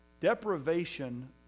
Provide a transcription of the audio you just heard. Deprivation